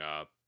up